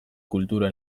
kultura